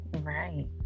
Right